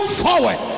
forward